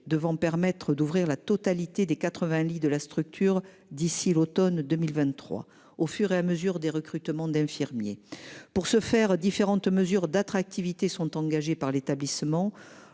devant permettre d'ouvrir la totalité des 80 lits de la structure d'ici l'automne 2023 au fur et à mesure des recrutements d'infirmiers. Pour ce faire différentes mesures d'attractivité sont engagés par l'établissement.